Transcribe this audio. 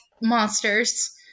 monsters